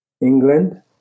England